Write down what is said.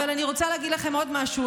אני רוצה להגיד לכם עוד משהו,